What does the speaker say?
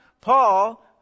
Paul